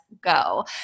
go